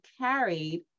carried